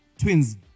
twins